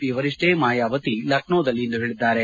P ವರಿಷ್ಲೆ ಮಾಯಾವತಿ ಲಕ್ನೋದಲ್ಲಿ ಇಂದು ಹೇಳಿದ್ದಾರೆ